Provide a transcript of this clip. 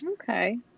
Okay